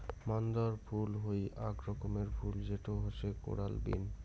মান্দার ফুল হই আক রকমের ফুল যেটো হসে কোরাল বিন